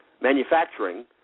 manufacturing